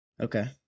Okay